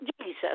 Jesus